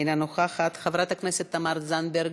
אינה נוכחת, חברת הכנסת תמר זנדברג,